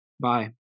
bye